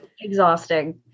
Exhausting